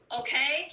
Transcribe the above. okay